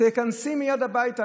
תיכנסי מייד הביתה,